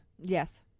Yes